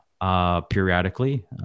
periodically